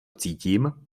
cítím